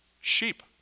Sheep